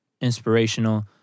inspirational